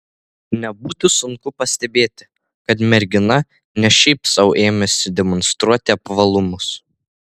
nebūtų sunku pastebėti kad mergina ne šiaip sau ėmėsi demonstruoti apvalumus